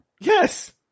Yes